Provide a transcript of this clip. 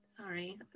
Sorry